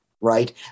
right